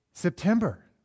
September